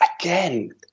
Again